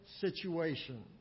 situation